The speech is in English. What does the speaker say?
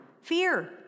Fear